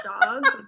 dogs